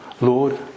Lord